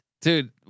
dude